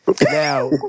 Now